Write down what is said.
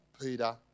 Peter